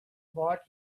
brought